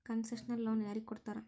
Concessional loan ಯಾರಿಗ್ ಕೊಡ್ತಾರ?